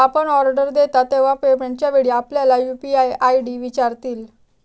आपण ऑर्डर देता तेव्हा पेमेंटच्या वेळी आपल्याला यू.पी.आय आय.डी विचारतील